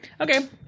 Okay